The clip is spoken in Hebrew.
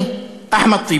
אני, אחמד טיבי,